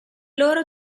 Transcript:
loro